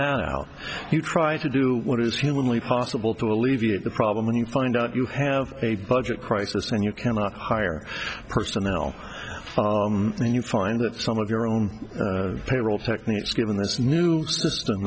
out you try to do what is humanly possible to alleviate the problem when you find out you have a budget crisis and you cannot hire personnel and you find that some of your own payroll techniques given this new system